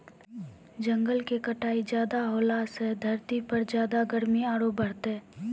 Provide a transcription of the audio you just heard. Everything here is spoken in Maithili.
जंगल के कटाई ज्यादा होलॅ सॅ धरती पर ज्यादा गर्मी आरो बढ़तै